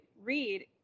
read